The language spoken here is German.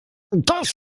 das